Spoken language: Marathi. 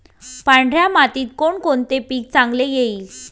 पांढऱ्या मातीत कोणकोणते पीक चांगले येईल?